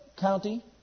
county